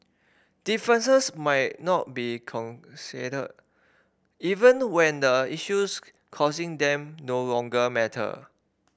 differences might not be consider even when the issues causing them no longer matter